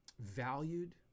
valued